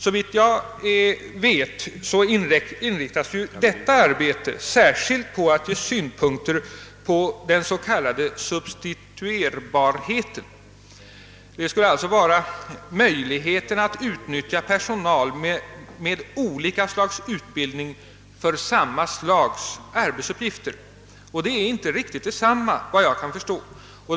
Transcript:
Såvitt jag vet inriktas dess arbete särskilt på att ge synpunkter på den s.k. substituerbarheten, d. v. s. möjligheten att utnyttja personal med olika slags utbildning för samma slags arbetsuppgifter, och det är inte riktigt detsamma.